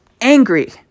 angry